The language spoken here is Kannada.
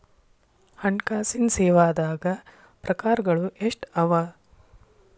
ಹಣ್ಕಾಸಿನ್ ಸೇವಾದಾಗ್ ಪ್ರಕಾರ್ಗಳು ಎಷ್ಟ್ ಅವ?